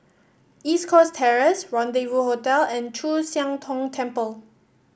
East Coast Terrace Rendezvous Hotel and Chu Siang Tong Temple